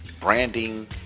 branding